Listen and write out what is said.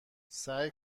سعی